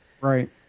Right